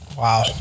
Wow